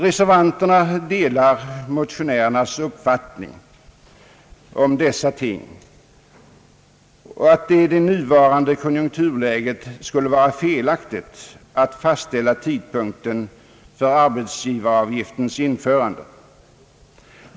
Reservanterna delar motionärernas uppfattning att det i nuvarande konjunkturläge skulle vara felaktigt att fastställa tidpunkten för arbetsgivaravgiftens införande.